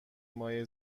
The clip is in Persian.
مایع